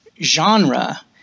genre